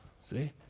See